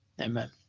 amen